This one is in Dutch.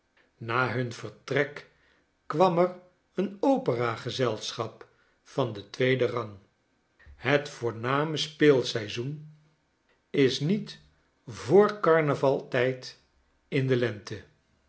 na hun vertrek kwam er een operagezelschap van den tweeden rang het voorname speelseizoen is niet voor carnaval tijd in de lente